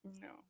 No